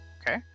Okay